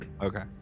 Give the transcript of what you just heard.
Okay